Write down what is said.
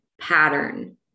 pattern